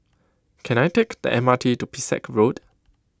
can I take the M R T to Pesek Road